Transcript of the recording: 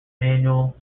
manual